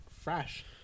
fresh